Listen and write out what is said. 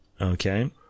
Okay